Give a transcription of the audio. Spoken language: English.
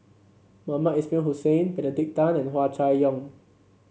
Mohamed Ismail Hussain Benedict Tan and Hua Chai Yong